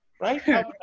Right